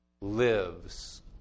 Lives